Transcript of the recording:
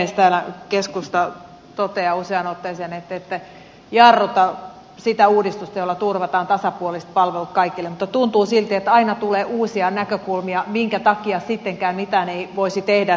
täällä keskusta toteaa useaan otteeseen että te ette jarruta sitä uudistusta jolla turvataan tasapuoliset palvelut kaikille mutta tuntuu silti että aina tulee uusia näkökulmia minkä takia sittenkään mitään ei voisi tehdä